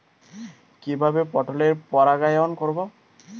কিভাবে পটলের পরাগায়ন করব?